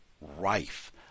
rife